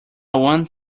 want